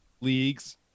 leagues